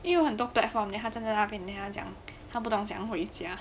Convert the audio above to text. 对 lor 很多 platform then 他站在那边 then 他讲他不懂怎样回家